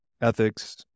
ethics